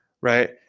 right